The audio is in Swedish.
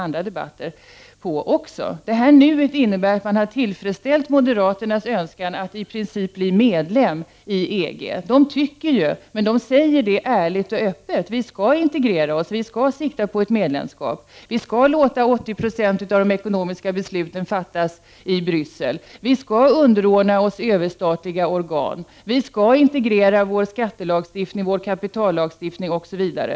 Införandet av ordet ”nu” innebär att man har tillfredsställt moderaternas önskan att vi i princip skall bli medlem i EG. Moderaterna tycker — och det säger de också öppet och ärligt — att vi skall integrera oss, vi skall sikta på ett medlemskap, vi skall låta 80 96 av de ekonomiska besluten fattas i Bryssel, vi skall underordna oss överstatliga organ, vi skall integrera vår skattelagstiftning, vår kapitallagstiftning osv.